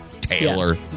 Taylor